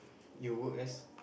you work as